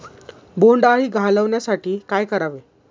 बोंडअळी घालवण्यासाठी काय करावे?